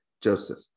joseph